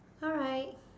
alright